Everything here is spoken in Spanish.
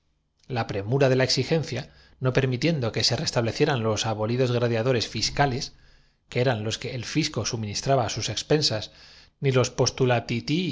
premura de la exigencia no permitiendo que se en aquel santuario de la opinión pública una repre restablecieran los abolidos gladiadores fiscales que sentación verbal le fué elevada en nombre de todos eran los que el fisco suministraba á sus expensas ni los